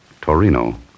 Torino